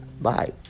bye